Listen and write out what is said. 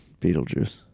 Beetlejuice